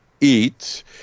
eat